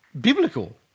biblical